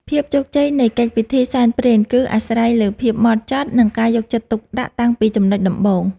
ភាពជោគជ័យនៃកិច្ចពិធីសែនព្រេន គឺអាស្រ័យលើភាពហ្មត់ចត់ និងការយកចិត្តទុកដាក់តាំងពីចំណុចដំបូង។